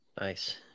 Nice